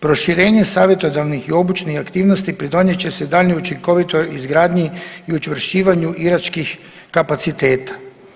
Proširenje savjetodavnih i obučenih aktivnosti pridonijet će se daljnjoj učinkovitoj izgradnji i učvršćivanju iračkih kapaciteta.